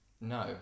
no